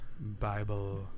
Bible